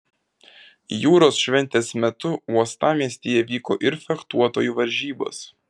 jūros šventės metu uostamiestyje vyko ir fechtuotojų varžybos